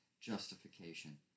justification